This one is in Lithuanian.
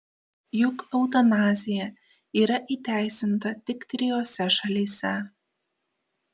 juk eutanazija yra įteisinta tik trijose šalyse